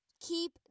keep